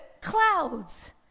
clouds